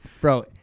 bro